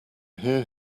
hear